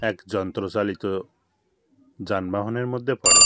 এক যন্ত্রচালিত যানবাহনের মধ্যে পড়ে